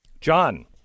John